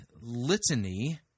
litany